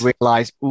realize